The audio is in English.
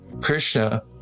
Krishna